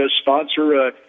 sponsor